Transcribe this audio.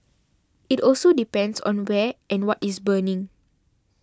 it also depends on where and what is burning